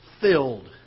filled